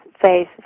face